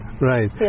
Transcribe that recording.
Right